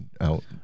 out